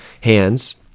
hands